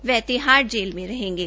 वह तिहाड़ जेल में रहेंगे